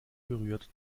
berührt